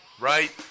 Right